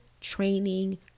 training